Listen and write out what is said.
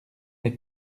les